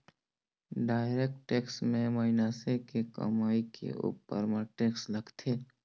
direct tax में मइनसे के कमई के उपर म टेक्स लगथे